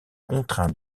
contraint